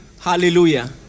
hallelujah